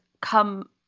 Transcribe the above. come